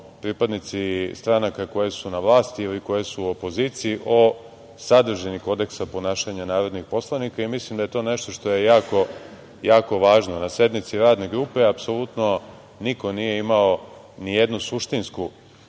pripadnici stranka koje su na vlasti ili koje su u opoziciji o sadržini Kodeksa ponašanja narodnih poslanika. Mislim da je to nešto što je jako važno. Na sednici Radne grupe apsolutno niko nije imao ni jednu suštinsku